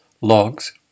logs